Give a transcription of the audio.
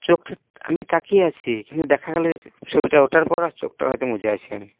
চোখটা আমি তাকিয়ে আছি কিন্তু দেখা গেল যে ছবিটা ওঠার পর আর চোখটা হয়তো বুজে আছি আমি